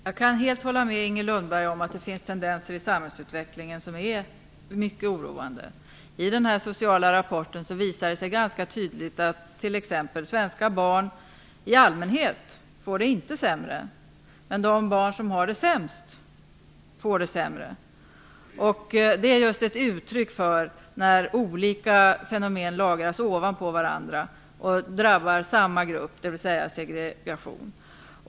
Fru talman! Jag håller helt med Inger Lundberg om att det finns tendenser i samhällsutvecklingen som är mycket oroande. I den här sociala rapporten visar det sig t.ex. ganska tydligt att svenska barn i allmänhet inte får det sämre, men de barn som har det sämst får det sämre. Och det är just ett uttryck för hur olika fenomen lagras ovanpå varandra och drabbar samma grupp, dvs. segregation.